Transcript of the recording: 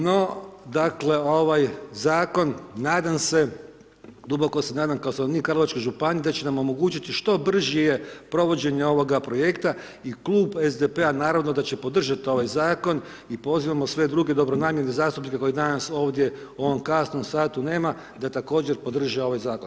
No, dakle, ovaj zakon nadam se, duboko se nadam kao stanovnik Karlovačke županije da će nam omogućiti što brže provođenje ovoga projekta i klub SDP-a naravno da će podržati ovaj zakon i pozivamo sve druge dobronamjerne zastupnike koji danas ovdje u ovom kasnu satu nema, da podrže ovaj zakon.